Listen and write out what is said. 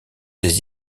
des